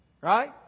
Right